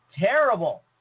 terrible